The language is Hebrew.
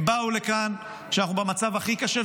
הם באו לכאן כשאנחנו במצב הכי קשה,